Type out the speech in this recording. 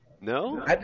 No